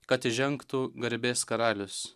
kad įžengtų garbės karalius